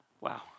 Wow